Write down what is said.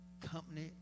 company